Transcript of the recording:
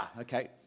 Okay